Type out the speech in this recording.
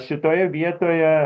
šitoje vietoje